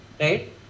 right